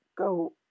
go